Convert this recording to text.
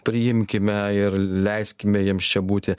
priimkime ir leiskime jiems čia būti